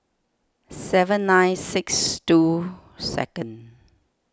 seven nine six two second